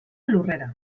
lurrera